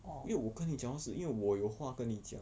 orh